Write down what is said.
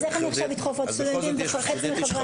אז איך אני עכשיו אדחף עוד סטודנטים וחצי מחברי הכנסת?